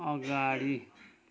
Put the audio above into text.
अगाडि